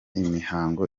imihango